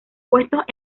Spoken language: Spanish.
puestos